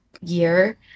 year